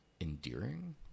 endearing